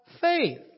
faith